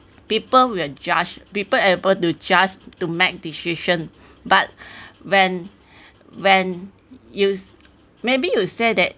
people will judge people able to judge to make decision but when when you maybe you say that